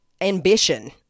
ambition